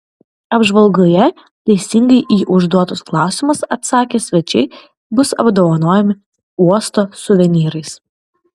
apžvalgoje teisingai į užduotus klausimus atsakę svečiai bus apdovanojami uosto suvenyrais